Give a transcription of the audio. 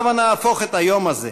הבה נהפוך את היום הזה,